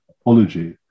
apology